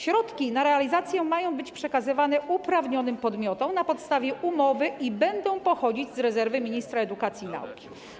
Środki na realizację mają być przekazywane uprawnionym podmiotom na podstawie umowy i będą pochodzić z rezerwy ministra edukacji i nauki.